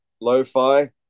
lo-fi